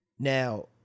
Now